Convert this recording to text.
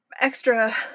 extra